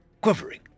quivering